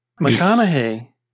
McConaughey